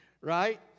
right